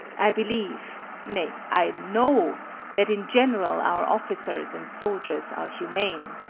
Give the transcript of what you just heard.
i believe nay, i know that in general our officers and soldiers are humane.